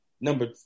number